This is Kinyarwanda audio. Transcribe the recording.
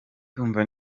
ndumva